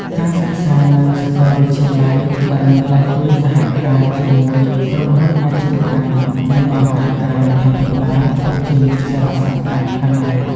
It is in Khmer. ការសិក្សានៅសាកលវិទ្យាល័យដែលមានដៃគូសហការជាមួយក្រុមហ៊ុនអាជីវកម្ម និងអង្គការក្រៅរដ្ឋាភិបាល ពិតជាមានសារៈសំខាន់ខ្លាំងណាស់។